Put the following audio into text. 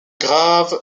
grave